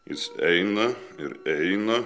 jis eina ir eina